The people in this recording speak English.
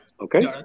okay